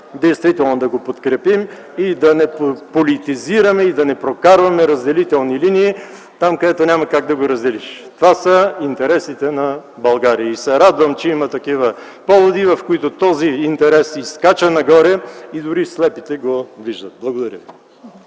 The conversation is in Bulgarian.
действително да го подкрепим и да не политизираме, и да не прокарваме разделителни линии там, където няма как да го разделиш! Това са интересите на България! И се радвам, че има такива поводи, при които този интерес изскача нагоре и дори слепите го виждат! Благодаря.